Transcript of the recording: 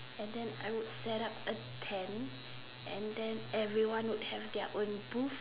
and then I would set up a tent and then everyone will have their own booth